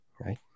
right